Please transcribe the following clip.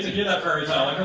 to hear that fairytale,